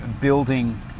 building